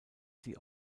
sie